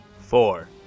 Four